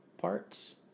parts